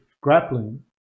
grappling